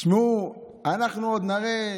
תשמעו, אנחנו עוד נראה,